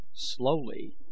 slowly